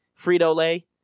Frito-Lay